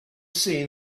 seen